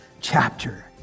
chapter